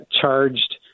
charged